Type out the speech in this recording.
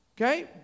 Okay